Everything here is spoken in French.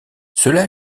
cela